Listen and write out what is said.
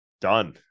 done